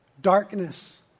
darkness